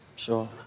Sure